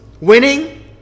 winning